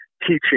teaching